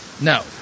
No